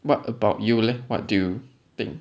what about you leh what do you think